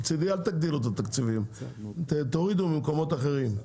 מצדי אל תגדילו את התקציבים; תורידו ממקומות אחרים.